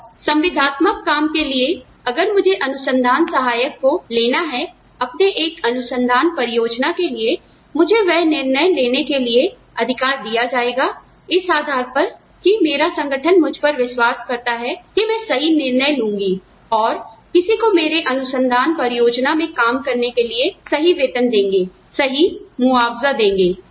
और संविदात्मककाम के लिए अगर मुझे अनुसंधान सहायक को लेना है अपने एक अनुसंधान परियोजना के लिए मुझे वह निर्णय लेने के लिए अधिकार दिया जाएगा इस आधार पर कि मेरा संगठन मुझ पर विश्वास करता है कि मैं सही निर्णय लूंगी और किसी को मेरे अनुसंधान परियोजना में काम करने के लिए सही वेतन देंगे सही मुआवजा देंगे